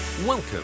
Welcome